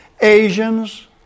Asians